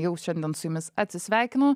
jau šiandien su jumis atsisveikinu